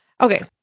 Okay